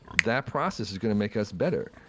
that process is gonna make us better.